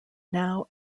now